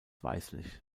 weißlich